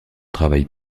travail